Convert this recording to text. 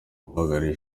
uhagarariye